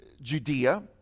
Judea